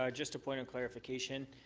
ah just a point of clarification.